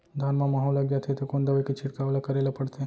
धान म माहो लग जाथे त कोन दवई के छिड़काव ल करे ल पड़थे?